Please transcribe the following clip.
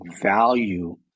value